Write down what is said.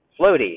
Floaty